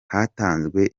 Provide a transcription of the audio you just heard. hatanzwe